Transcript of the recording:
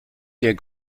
der